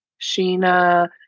Sheena